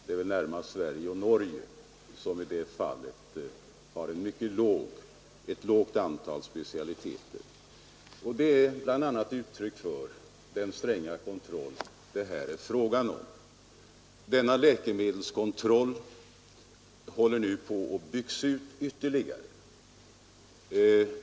Det är närmast Sverige och Norge som har ett mycket litet antal registrerade specialiteter. Detta är bl.a. uttryck för den stränga kontroll det här är fråga om, Denna läkemedelskontroll håller nu på att byggas ut ytterligare.